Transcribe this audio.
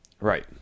Right